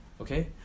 Okay